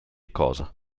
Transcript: cosa